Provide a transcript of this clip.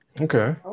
Okay